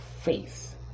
faith